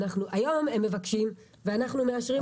היום הם מבקשים ואנחנו מאשרים או לא מאשרים.